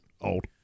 Old